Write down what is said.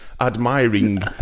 Admiring